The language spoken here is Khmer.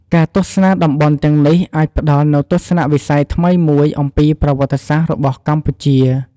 ការទស្សនាតំបន់ទាំងនេះអាចផ្តល់នូវទស្សនៈវិស័យថ្មីមួយអំពីប្រវត្តិសាស្រ្តរបស់កម្ពុជា។